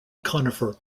conifer